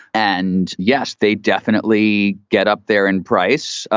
and yes, they definitely get up there in price.